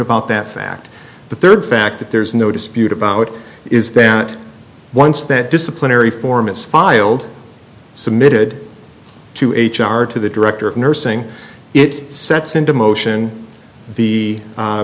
about that fact the third fact that there's no dispute about it is that once that disciplinary formis filed submitted to h r to the director of nursing it sets into motion the